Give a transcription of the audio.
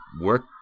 work